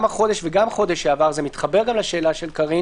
גם החודש וגם בחודש שעבר זה מתחבר לשאלה של קארין